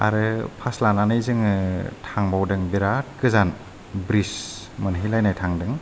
आरो पास लानानै जोङो थांबावदों बेराद गोजान ब्रिज मोनहैलायनाय थांदों